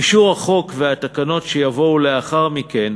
אישור החוק והתקנות שיבואו לאחר מכן